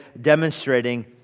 demonstrating